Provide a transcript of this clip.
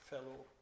fellow